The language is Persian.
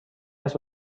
است